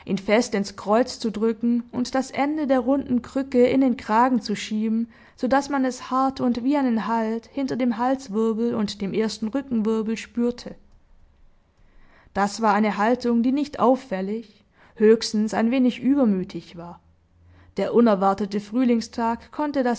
fest ins kreuz zu drücken und das ende der runden krücke in den kragen zu schieben so daß man es hart und wie einen halt hinter dem halswirbel und dem ersten rückenwirbel spürte das war eine haltung die nicht auffällig höchstens ein wenig übermütig war der unerwartete frühlingstag konnte